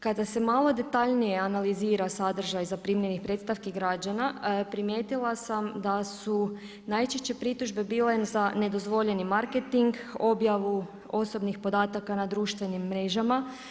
Kada se malo detaljnije analizira sadržaj zaprimljenih predstavki građana, primijetila sam da su najčešće pritužbe bile za nedozvoljeni marketing, objavu osobnih podataka na društvenim mrežama.